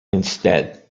instead